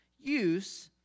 use